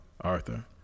Arthur